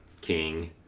King